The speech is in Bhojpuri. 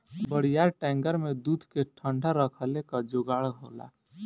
बड़ियार टैंकर में दूध के ठंडा रखले क जोगाड़ होला